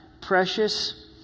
precious